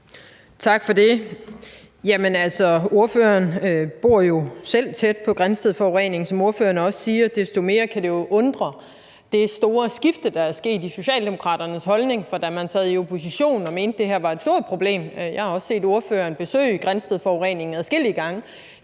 Tak for det. Ordføreren bor jo selv tæt på Grindstedforureningen, som ordføreren også siger. Desto mere kan man undre sig over det store skifte, der er sket i Socialdemokraternes holdning, fra man sad i opposition og mente, at det her var et stort problem – jeg har også set ordføreren besøge Grindstedforureningen adskillige gange